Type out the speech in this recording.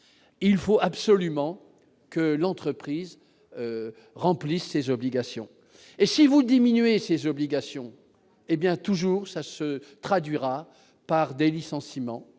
il faut absolument que l'entreprise remplisse ses obligations et si vous diminuez ces obligations, hé bien, toujours, ça se traduira par des licenciements,